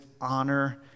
honor